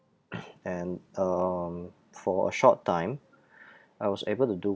and um for a short time I was able to do